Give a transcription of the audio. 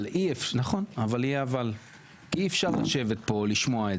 המשטרה לא עשתה את